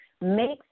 makes